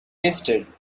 wasted